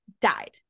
died